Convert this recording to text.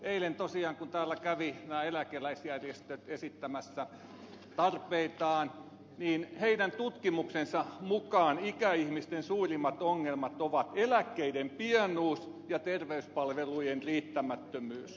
eilen tosiaan kun täällä kävivät nämä eläkeläisjärjestöt esittämässä tarpeitaan niin heidän tutkimuksensa mukaan ikäihmisten suurimmat ongelmat ovat eläkkeiden pienuus ja terveyspalvelujen riittämättömyys